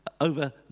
over